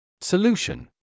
Solution